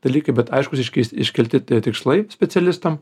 dalykai bet aiškūs iš iškelti tikslai specialistam